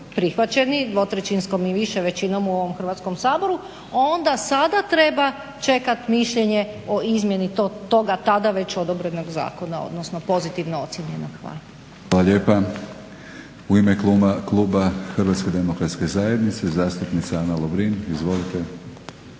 prihvaćeni dvotrećinskom i više većinom u ovom Hrvatskom saboru onda sada treba čekati mišljenje o izmjeni toga tada već odobrenog zakona odnosno pozitivno ocijenjenog. Hvala. **Batinić, Milorad (HNS)** Hvala lijepa. U ime kluba Hrvatske demokratske zajednice zastupnica Ana Lovrin. Izvolite.